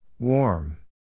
Warm